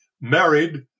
married